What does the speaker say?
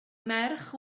merch